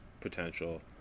potential